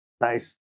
nice